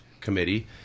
committee